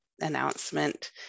announcement